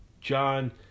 John